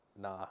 nah